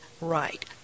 right